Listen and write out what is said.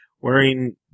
wearing